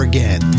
Again